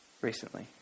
recently